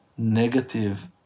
Negative